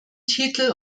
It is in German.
titel